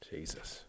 Jesus